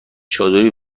چادری